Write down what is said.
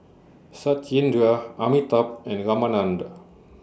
Satyendra Amitabh and Ramanand